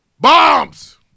Bombs